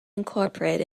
incorporated